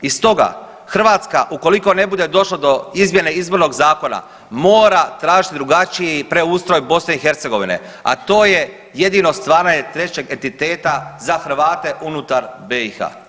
I stoga Hrvatska ukoliko ne bude došlo do izmjene izbornog zakona mora tražiti drugačiji preustroj BiH, a to je jedino stvaranje trećeg entiteta za Hrvate unutar BiH.